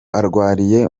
arwariye